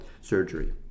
surgery